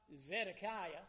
Zedekiah